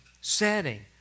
setting